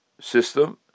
system